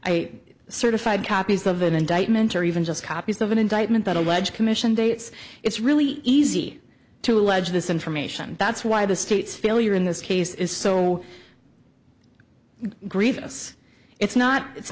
a certified copies of an indictment or even just copies of an indictment that alleged commission dates it's really easy to allege this information and that's why the state's failure in this case is so grievous it's not it's